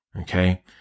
Okay